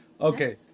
Okay